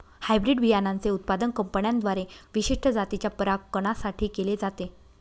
hybrid बियाणांचे उत्पादन कंपन्यांद्वारे विशिष्ट जातीच्या परागकणां साठी केले जाते